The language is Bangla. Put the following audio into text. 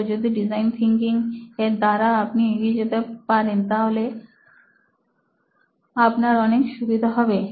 তো যদি ডিজাইন থিনকিং এর দ্বারা আপনি এগিয়ে যেতে পারেন তাহলে আপনার অনেক সুবিধা হবে